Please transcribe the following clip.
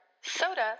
soda